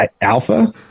alpha